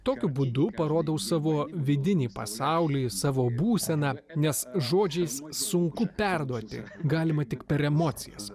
tokiu būdu parodau savo vidinį pasaulį savo būseną nes žodžiais sunku perduoti galima tik per emocijas